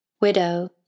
Widow